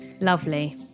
Lovely